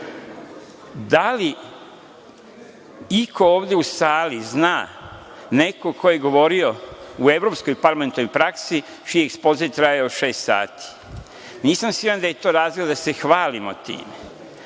li iko ovde u sali zna nekog ko je govorio o evropskoj parlamentarnoj praksi čiji je ekspoze trajao šest sati? Nisam siguran da je to razlog da se hvalimo time.